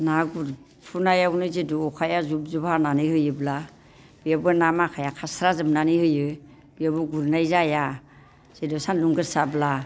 ना गुरफुनायावनो जिदु अखाया जुब जुब हानानै होयोब्ला बेवबो ना माखाया खारस्राजोबनानै होयो बेयावबो गुरनाय जाया जिदु सान्दुं गोसाब्ला